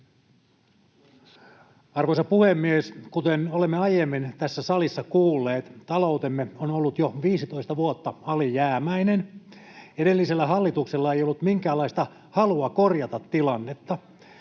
Arvoisa puhemies! Kuten olemme aiemmin tässä salissa kuulleet, taloutemme on ollut jo 15 vuotta alijäämäinen. Edellisellä hallituksella ei ollut minkäänlaista halua korjata tilannetta.